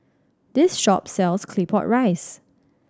this shop sells Claypot Rice